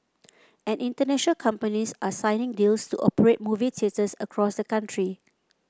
and international companies are signing deals to operate movie theatres across the country